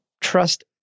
trust